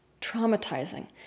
traumatizing